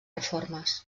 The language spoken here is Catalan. reformes